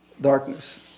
darkness